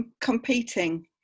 competing